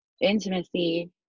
intimacy